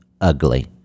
Ugly